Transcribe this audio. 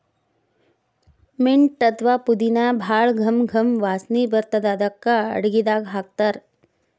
mint ಅಥವಾ ಪುದಿನಾ ಭಾಳ್ ಘಮ್ ಘಮ್ ವಾಸನಿ ಬರ್ತದ್ ಅದಕ್ಕೆ ಅಡಗಿದಾಗ್ ಹಾಕ್ತಾರ್